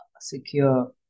secure